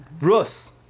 Rus